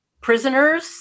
prisoners